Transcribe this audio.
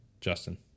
Justin